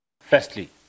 Firstly